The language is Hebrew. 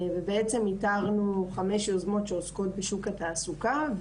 בעצם איתרנו חמש יוזמות שעוסקות בשוק התעסוקה,